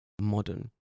modern